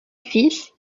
fils